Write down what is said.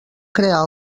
crear